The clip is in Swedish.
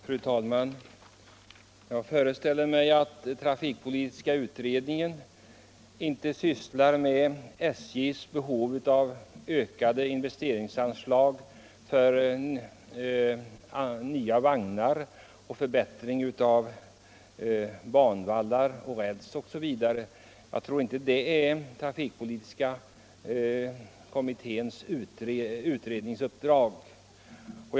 Fru talman! Jag föreställer mig att trafikpolitiska kommittén inte sysslar med SJ:s behov av ökade investeringsanslag för nya vagnar, förbättringar av banvallar och räls osv. Såvitt jag vet ingår inte detta i utredningsuppdraget.